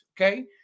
okay